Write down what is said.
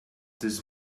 this